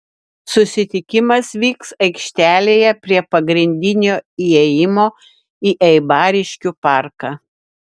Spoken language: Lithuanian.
susitikimas vyks aikštelėje prie pagrindinio įėjimo į eibariškių parką